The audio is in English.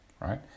right